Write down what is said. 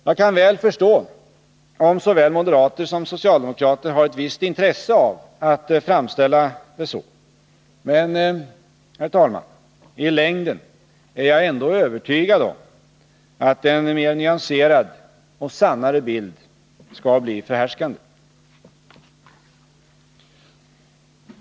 Jag kan väl förstå om såväl moderater som socialdemokrater har ett visst intresse av att framställa det så, men, herr talman, i längden är jag ändå övertygad om att en mer nyanserad och sannare bild skall bli förhärskande.